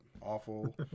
Awful